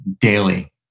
daily